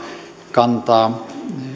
kantaa